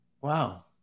Wow